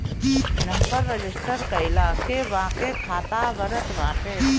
number register कईला के बाके खाता बनत बाटे